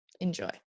enjoy